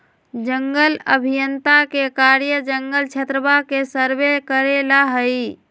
जंगल अभियंता के कार्य जंगल क्षेत्रवा के सर्वे करे ला हई